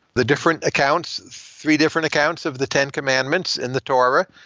the different accounts, three different accounts of the ten commandments and the torah,